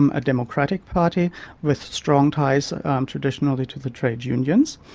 um a democratic party with strong ties um traditionally to the trade unions,